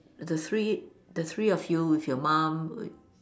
the three the three of you with your mom